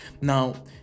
Now